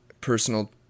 personal